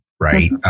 Right